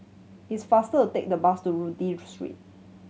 it's faster to take the bus to Street